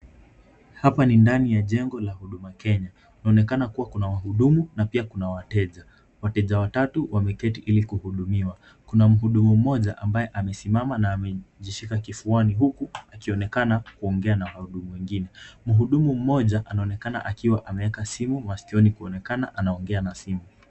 Hapa ni ndani ya jengo la Huduma Kenya. Unaonekana kuwa kuna wahudumu na pia kuna wateja. Wateja watatu wameketi ili kuhudumiwa. Kuna mhudumu mmoja ambaye amesimama na amejishika kifuani huku, akionekana kuongea na wahudumu wengine. Mhudumu mmoja anaonekana akiwa ameweka simu masikioni kuonekana anaongea na simu.